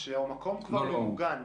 כאשר המקום כבר ממוגן.